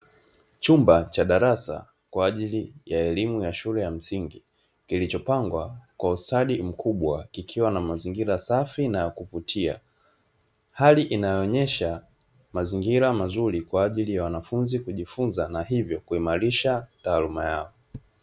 Chumba cha darasa kwa ajili ya elimu ya shule ya msingi, kilichopangwa kwa ustadi mkubwa kikiwa na mazingira safi na ya kuvutia. Hali inayoonyesha mazingira mazuri kwa ajili ya wanafunzi kujifunza na hivyo kuimarisha taaluma yao.